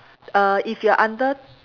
err if you're under